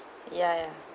ya ya